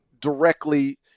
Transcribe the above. directly